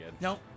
Nope